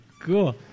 Cool